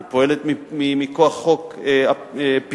היא פועלת מכוח חוק פיקוח,